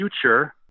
future